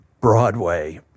Broadway